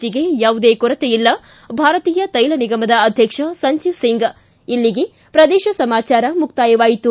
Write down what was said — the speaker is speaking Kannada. ಜಿಗೆ ಯಾವುದೇ ಕೊರತೆ ಇಲ್ಲ ಭಾರತೀಯ ತೈಲ ನಿಗಮದ ಅಧ್ಯಕ್ಷ ಸಂಜೀವ್ ಸಿಂಗ್ ಇಲ್ಲಿಗೆ ಪ್ರದೇಶ ಸಮಾಚಾರ ಮುಕ್ತಾಯವಾಯಿತು